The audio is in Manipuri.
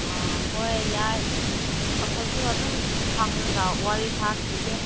ꯑꯥ ꯍꯣꯏ ꯌꯥꯏ ꯑꯩꯈꯣꯏꯁꯨ ꯑꯗꯨꯝ ꯍꯪꯂꯒ ꯋꯥꯔꯤ ꯁꯥꯈꯤꯒꯦ